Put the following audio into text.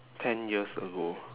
ten years ago